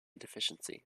deficiency